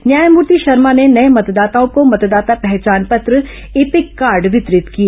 न्यायमूर्ति शर्मा ने नये मतदाताओं को मतदाता पहचान पत्र ईपिक कार्ड वितरित किए